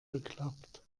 geklappt